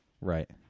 right